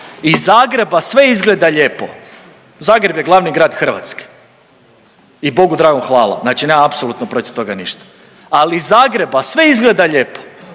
iz Zagreba sve izgleda lijepo, Zagreb je glavni grad Hrvatske i Bogu dragom hvala, znači nemam apsolutno protiv toga ništa, ali iz Zagreba sve izgleda lijepo,